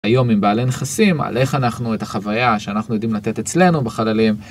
היום עם בעלי נכסים על איך אנחנו את החוויה שאנחנו יודעים לתת אצלנו בחללים.